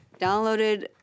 downloaded